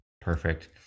Perfect